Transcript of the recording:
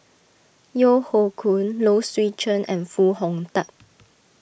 Yeo Hoe Koon Low Swee Chen and Foo Hong Tatt